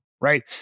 right